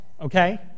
Okay